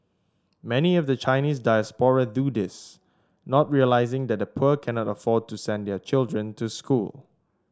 many of the Chinese diaspora do this not realising that the poor cannot afford to send their children to school